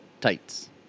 Tights